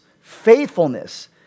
faithfulness